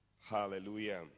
Hallelujah